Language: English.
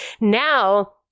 Now